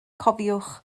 cofiwch